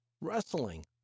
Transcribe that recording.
wrestling